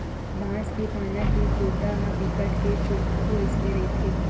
बांस के पाना के कोटा ह बिकट के चोक्खू अइसने रहिथे